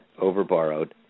overborrowed